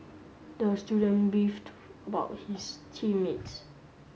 the student beefed about his team mates